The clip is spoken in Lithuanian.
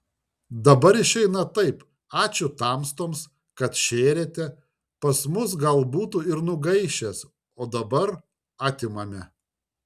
dabar išeina taip ačiū tamstoms kad šėrėte pas mus gal būtų ir nugaišęs o dabar atimame